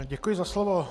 Děkuji za slovo.